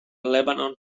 lebanon